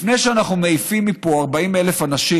לפני שאנחנו מעיפים מפה 40,000 אנשים,